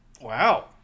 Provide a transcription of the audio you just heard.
wow